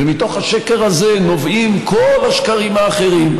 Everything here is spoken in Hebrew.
ומתוך השקר הזה נובעים כל השקרים האחרים.